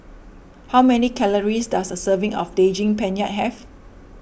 how many calories does a serving of Daging Penyet have